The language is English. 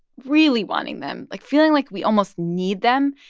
really wanting them, like, feeling like we almost need them,